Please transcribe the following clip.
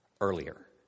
earlier